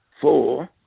four